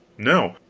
no,